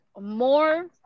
more